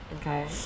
Okay